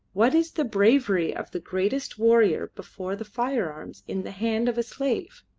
what is the bravery of the greatest warrior before the firearms in the hand of a slave?